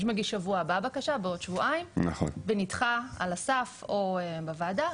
מי שמגיש עוד שבועיים ונדחה על הסף או בוועדה,